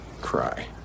cry